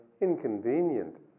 inconvenient